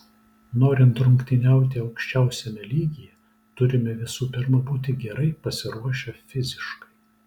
norint rungtyniauti aukščiausiame lygyje turime visų pirma būti gerai pasiruošę fiziškai